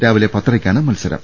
രാവിലെ പത്തരയ്ക്കാണ് മത്സരം